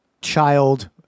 child